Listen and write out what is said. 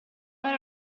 fare